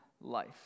life